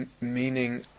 meaning